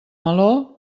meló